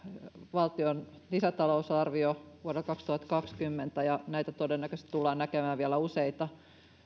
valtion lisätalousarvio vuodelle kaksituhattakaksikymmentä ja näitä todennäköisesti tullaan näkemään vielä useita